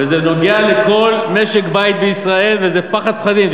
וזה נוגע לכל משק-בית בישראל וזה פחד-פחדים,